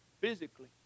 Physically